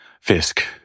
Fisk